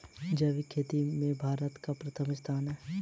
जैविक खेती में भारत का प्रथम स्थान है